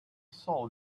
saw